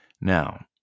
Now